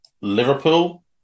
Liverpool